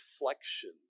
reflection